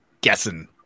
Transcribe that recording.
Guessing